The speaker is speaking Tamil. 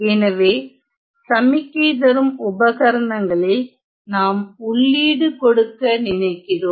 எனவே சமிக்கை தரும் உபகரணங்களில் நாம் உள்ளீடு கொடுக்க நினைக்கிறோம்